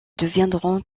deviendront